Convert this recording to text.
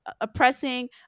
oppressing